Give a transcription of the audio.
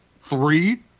three